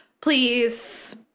Please